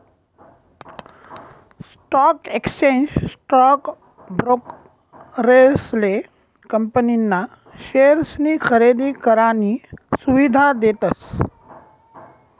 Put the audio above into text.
stock exchange stock ब्रोकरेसले company ना शेअर्सनी खरेदी करानी सुविधा देतस